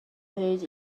hyd